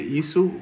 isso